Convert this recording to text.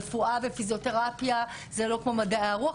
רפואה ופיזיותרפיה זה לא כמו מדעי הרוח,